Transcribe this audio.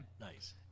Nice